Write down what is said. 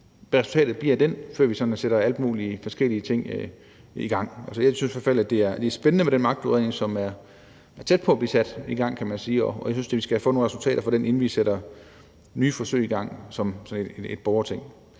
hvad resultatet bliver af den, før vi sådan sætter alle mulige forskellige ting i gang. Jeg synes i hvert fald, det er spændende med den magtudredning, som er tæt på at blive sat i gang, og jeg synes da, vi skal have fået nogle resultater fra den, inden vi sætter nye forsøg i gang som sådan et borgerting.